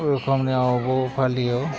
फोरबो खालामनायावबो फालियो